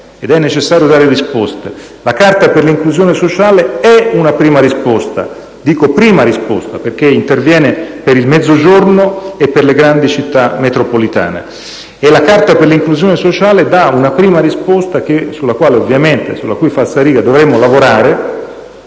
ed è necessario dare risposte. La carta per l'inclusione sociale è una prima risposta: dico prima risposta perché interviene per il Mezzogiorno e per le grandi città metropolitane. La carta per l'inclusione sociale dà una prima risposta sulla cui falsariga dovremo lavorare,